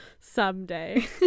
someday